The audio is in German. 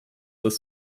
das